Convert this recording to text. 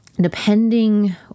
depending